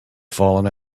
fallen